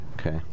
Okay